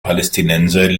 palästinenser